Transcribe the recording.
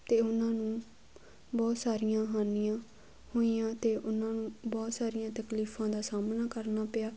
ਅਤੇ ਉਨ੍ਹਾਂ ਨੂੰ ਬਹੁਤ ਸਾਰੀਆਂ ਹਾਨੀਆਂ ਹੋਈਆਂ ਅਤੇ ਉਨ੍ਹਾਂ ਨੂੰ ਬਹੁਤ ਸਾਰੀਆਂ ਤਕਲੀਫ਼ਾਂ ਦਾ ਸਾਮ੍ਹਣਾ ਕਰਨਾ ਪਿਆ